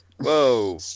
Whoa